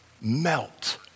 melt